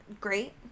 great